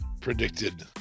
predicted